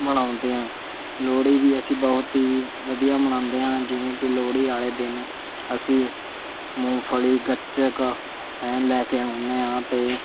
ਮਨਾਉਂਦੇ ਹਾਂ ਲੋਹੜੀ ਵੀ ਅਸੀਂ ਬਹੁਤ ਹੀ ਵਧੀਆ ਮਨਾਉਂਦੇ ਹਾਂ ਜਿਵੇਂ ਕਿ ਲੋਹੜੀ ਵਾਲ਼ੇ ਦਿਨ ਅਸੀਂ ਮੂੰਗਫ਼ਲੀ ਗੱਚਕ ਹੈਂ ਲੈ ਕੇ ਆਉਂਦੇ ਹਾਂ ਅਤੇ